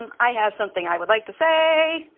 um i have something i would like to say.